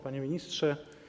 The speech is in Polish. Panie Ministrze!